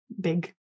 big